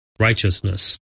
righteousness